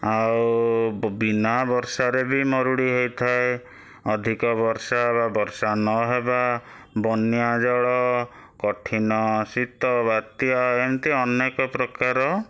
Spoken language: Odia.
ଆଉ ବିନା ବର୍ଷାରେ ବି ମରୁଡ଼ି ହୋଇଥାଏ ଅଧିକ ବର୍ଷା ବା ବର୍ଷା ନହେବା ବନ୍ୟା ଜଳ କଠିନ ଶୀତ ବାତ୍ୟା ଏମିତି ଅନେକ ପ୍ରକାର